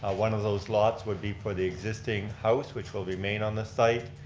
ah one of those lots would be for the existing house which will remain on the site.